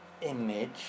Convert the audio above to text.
image